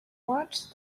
watched